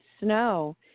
snow